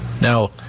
now